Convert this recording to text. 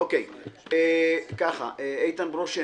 איתן ברושי,